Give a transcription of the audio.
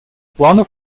планов